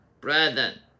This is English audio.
brethren